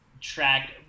track